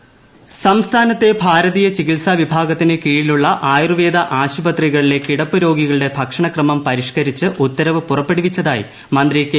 diet plan സംസ്ഥാനത്തെ ഭാരതീയ ചികിത്സാ വിഭാഗത്തിന് കീഴിലുള്ള ആയുർവേദ ആശുപത്രികളിലെ കിടപ്പ് രോഗികളുടെ ഭക്ഷണക്രമം പരിഷ്കരിച്ച് ഉത്തരവ് പുറപ്പെടുവിച്ചതായി മന്ത്രി കെ